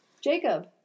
Jacob